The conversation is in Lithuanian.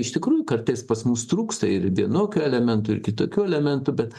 iš tikrųjų kartais pas mus trūksta ir vienokių elementų ir kitokių elementų bet